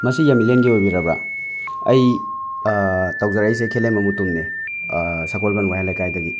ꯃꯁꯤ ꯌꯥꯝꯕꯤꯂꯦꯟꯒꯤ ꯑꯣꯏꯕꯤꯔꯕ꯭ꯔꯥ ꯑꯩ ꯇꯧꯖꯔꯛꯏꯁꯦ ꯈꯦꯂꯦꯝꯕ ꯃꯨꯇꯨꯝꯅꯦ ꯁꯒꯣꯜꯕꯟ ꯋꯥꯍꯦꯡ ꯂꯩꯀꯥꯏꯗꯒꯤ